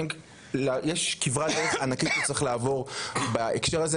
יש כברת דרך ענקית שצריך לעבור בהקשר הזה,